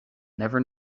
never